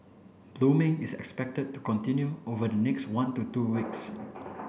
blooming is expected to continue over the next one to two weeks